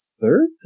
third